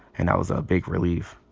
and that was a big relief.